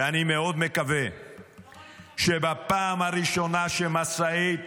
ואני מאוד מקווה שבפעם הראשונה שמשאית